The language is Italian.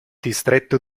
distretto